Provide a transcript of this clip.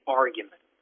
argument